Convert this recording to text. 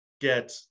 get